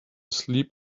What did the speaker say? sleep